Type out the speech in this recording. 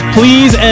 please